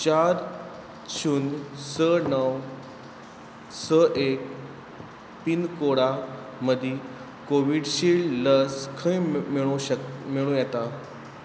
चार शुन्य स णव स एक पिनकोडा मदीं कोविशिल्ड लस खंय मेळूं शक मेळूं येता